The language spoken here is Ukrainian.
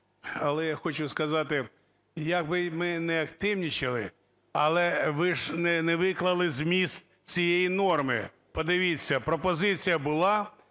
Але я хочу сказати, якби ми не активнічали, але ж ви не виклали зміст цієї норми. Подивіться, пропозиція була,